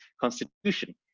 constitution